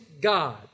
God